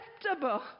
acceptable